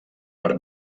per